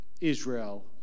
Israel